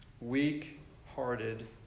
weak-hearted